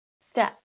step